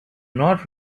not